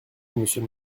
monsieur